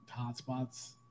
hotspots